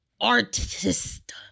artist